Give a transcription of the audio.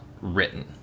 written